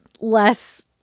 less